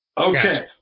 Okay